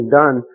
done